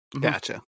Gotcha